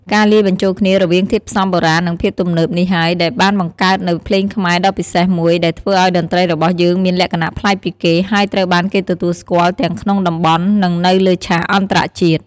ការលាយបញ្ចូលគ្នា រវាងធាតុផ្សំបុរាណ និងភាពទំនើបនេះហើយ ដែលបានបង្កើតនូវ ភ្លេងខ្មែរ ដ៏ពិសេសមួយ ដែលធ្វើឱ្យតន្ត្រីរបស់យើងមាន លក្ខណៈប្លែកពីគេ ហើយត្រូវបានគេទទួលស្គាល់ទាំងក្នុងតំបន់ និងនៅលើឆាកអន្តរជាតិ។